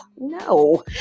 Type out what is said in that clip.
No